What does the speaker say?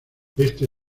este